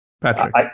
Patrick